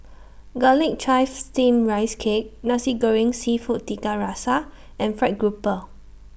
Garlic Chives Steamed Rice Cake Nasi Goreng Seafood Tiga Rasa and Fried Grouper